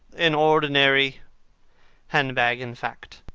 an ordinary hand-bag in fact.